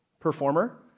performer